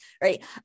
right